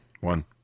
One